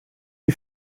est